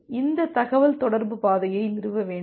எனவே இந்த தகவல்தொடர்பு பாதையை நிறுவ வேண்டும்